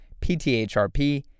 PTHRP